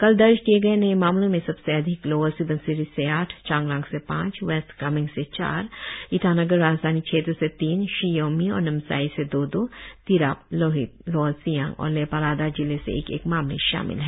कल दर्ज किए नए मामलों में सबसे अधिक लोअर स्बनसिरी से आठ चांगलांग से पांच वेस्ट कामेंग से चार ईटानगर राजधानी क्षेत्र से तीन शी योमी और नामसाई से दो दो तिराप लोहित लोअर सियांग और लेपारादा जिले से एक एक मामले शामिल है